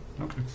Okay